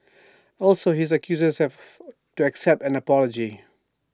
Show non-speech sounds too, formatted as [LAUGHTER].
also his accusers [UNINTELLIGIBLE] to accept an apology